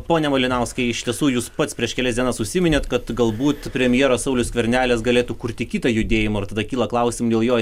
pone malinauskai iš tiesų jūs pats prieš kelias dienas užsiminėt kad galbūt premjeras saulius skvernelis galėtų kurti kitą judėjimą ir tada kyla klausimų dėl jo